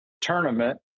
tournament